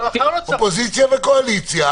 אופוזיציה וקואליציה,